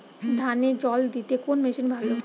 ধানে জল দিতে কোন মেশিন ভালো?